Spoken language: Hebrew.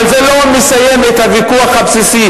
אבל זה לא מסיים את הוויכוח הבסיסי,